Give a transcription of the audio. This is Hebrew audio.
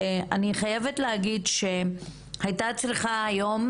אני חייבת להגיד שהיום הייתה צריכה